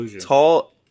tall